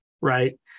right